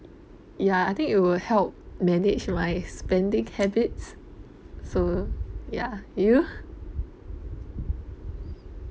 ya I think it will help manage my spending habits so yah you